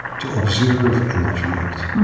to observe and not react